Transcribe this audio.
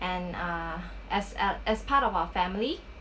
and uh as ah as part of our family